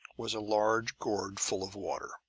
was a large gourd-ful of water.